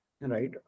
right